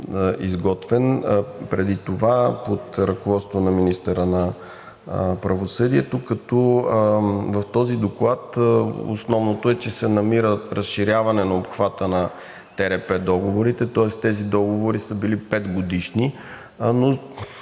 изготвен преди това под ръководството на министъра на правосъдието, като в този доклад основното е, че се намира разширяване на обхвата на ТРП договорите, тоест тези договори са били петгодишни, но